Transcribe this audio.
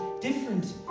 different